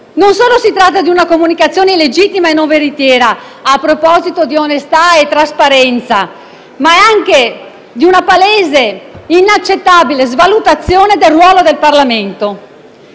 Non solo si tratta di una comunicazione illegittima e non veritiera, a proposito di onestà e trasparenza, ma anche di una palese, inaccettabile svalutazione del ruolo del Parlamento.